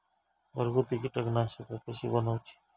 घरगुती कीटकनाशका कशी बनवूची?